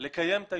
לקיים את היישוב.